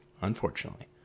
Unfortunately